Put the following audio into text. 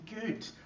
good